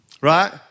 Right